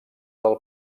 del